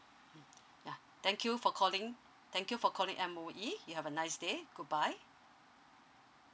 mm yeah thank you for calling thank you for calling M_O_E you have a nice day goodbye